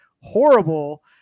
horrible